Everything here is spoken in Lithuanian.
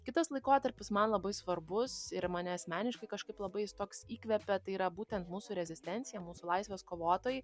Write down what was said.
kitas laikotarpis man labai svarbus ir mane asmeniškai kažkaip labai jis toks įkvepia tai yra būtent mūsų rezistencija mūsų laisvės kovotojai